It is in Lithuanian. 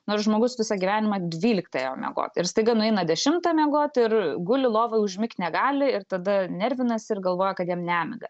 nors žmogus visą gyvenimą dvyliktą ėjo miegot ir staiga nueina dešimtą miegot ir guli lovoj užmigt negali ir tada nervinasi ir galvoja kad jam nemiga